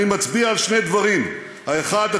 אני מצביע על שני דברים: האחד,